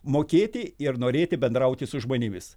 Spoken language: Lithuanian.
mokėti ir norėti bendrauti su žmonėmis